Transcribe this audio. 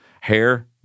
Hair